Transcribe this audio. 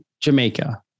Jamaica